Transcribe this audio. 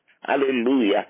Hallelujah